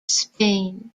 spain